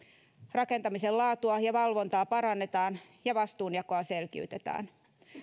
rakentamisen laatua ja valvontaa parannetaan ja vastuunjakoa selkiytetään